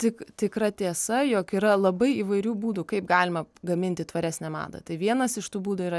tik tikra tiesa jog yra labai įvairių būdų kaip galima gaminti tvaresnę madą tai vienas iš tų būdų yra